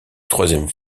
troisième